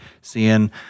seeing